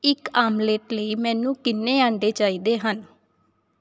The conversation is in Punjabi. ਇੱਕ ਆਮਲੇਟ ਲਈ ਮੈਨੂੰ ਕਿੰਨੇ ਅੰਡੇ ਚਾਹੀਦੇ ਹਨ